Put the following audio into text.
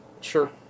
Sure